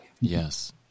Yes